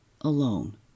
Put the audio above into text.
alone